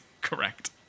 Correct